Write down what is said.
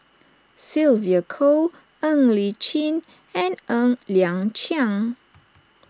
Sylvia Kho Ng Li Chin and Ng Liang Chiang